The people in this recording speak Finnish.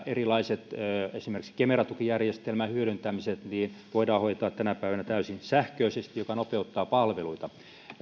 erilaiset asiat esimerkiksi kemera tukijärjestelmän hyödyntämiset voidaan hoitaa tänä päivänä täysin sähköisesti mikä nopeuttaa palveluita